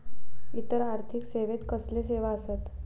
इतर आर्थिक सेवेत कसले सेवा आसत?